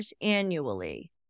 annually